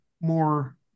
more